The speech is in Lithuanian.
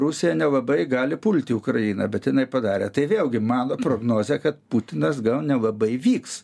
rusija nelabai gali pulti ukrainą bet jinai padarė tai vėlgi mano prognozė kad putinas gal nelabai vyks